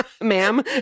ma'am